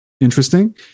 Interesting